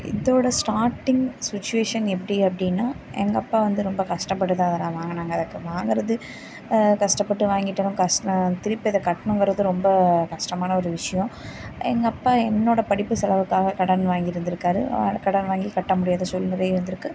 இதோடய starting situation எப்படி அப்படின்னா எங்கள் அப்பா வந்து ரொம்ப கஷ்டப்பட்டு தான் இதெலாம் வாங்கினாங்க வாங்கிறது கஷ்டப்பட்டு வாங்கிவிடணும் கஸ்னா திருப்பி அதை கட்டணுங்குறது ரொம்ப கஷ்டமான ஒரு விஷயம் எங்கள் அப்பா என்னோடய படிப்பு செலவுக்காக கடன் வாங்கி இருந்திருக்காரு கடன் வாங்கி கட்ட முடியாத சூழ்நிலை இருந்திருக்கு